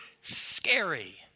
Scary